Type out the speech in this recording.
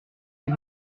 les